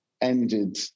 ended